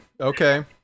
okay